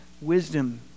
wisdom